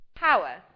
power